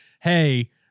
Hey